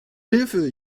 hilfe